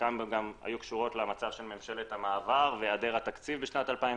שחלקם היו קשורות למצב של ממשלת המעבר והיעדר התקציב לשנת 2020,